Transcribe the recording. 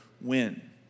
win